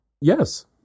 Yes